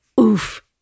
oof